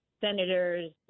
senators